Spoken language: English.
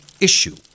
issue